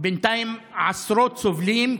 בינתיים עשרות סובלים,